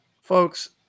folks